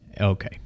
okay